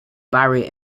barrier